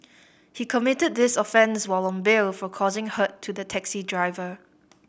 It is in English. he committed this offence while on bail for causing hurt to the taxi driver